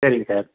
சரிங் சார்